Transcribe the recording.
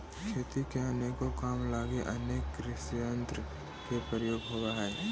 खेती के अनेको काम लगी अनेक कृषियंत्र के प्रयोग होवऽ हई